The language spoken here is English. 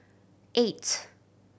eight